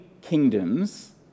kingdoms